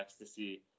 ecstasy